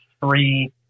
three